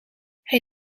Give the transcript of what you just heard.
hij